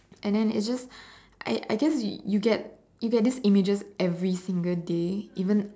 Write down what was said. and then it just I I just you get you get this images every single day even